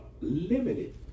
limited